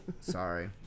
Sorry